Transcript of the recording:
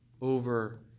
over